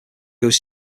goes